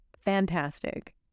Fantastic